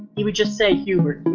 he would just say you were